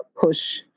push